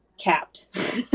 capped